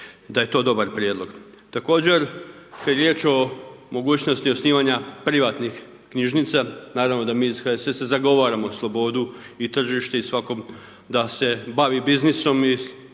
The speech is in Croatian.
Da je to dobar prijedlog. Također kad je riječ o mogućnosti osnivanja privatnih knjižnica, naravno da mi iz HSS-a zagovaramo slobodu i tržište i svakom da se bazi biznisom i